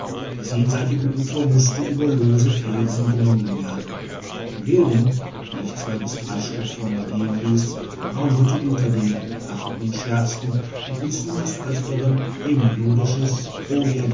das jenseitige ufer musste über lose felsen genommen werden die wilden die ich zwei bis drei schritte vor mir gehen hess waren heute guter dinge lachten und scherzten und hessen des öfteren ihr melodisches